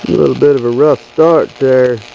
a bit of a rough start there,